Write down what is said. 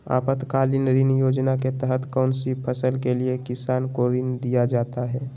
आपातकालीन ऋण योजना के तहत कौन सी फसल के लिए किसान को ऋण दीया जाता है?